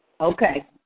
Okay